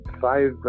five